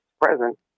present